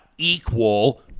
Equal